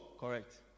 correct